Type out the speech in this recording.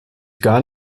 gar